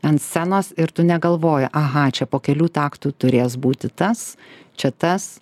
ant scenos ir tu negalvoji aha čia po kelių taktų turės būti tas čia tas